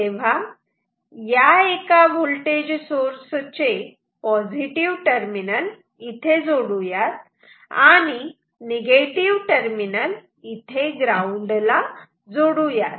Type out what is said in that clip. तेव्हा या एका व्होल्टेज सोर्स चे पॉझिटिव्ह टर्मिनल इथे जोडू यात आणि निगेटिव्ह टर्मिनल इथे ग्राउंड ला जोडू यात